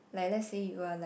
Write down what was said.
like that say you are like